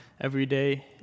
everyday